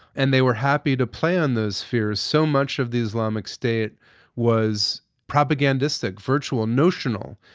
and they were happy to play on those fears. so much of the islamic state was propagandistic, virtual, notional,